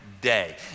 day